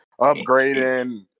upgrading